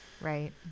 right